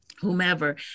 whomever